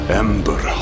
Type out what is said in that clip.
ember